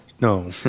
No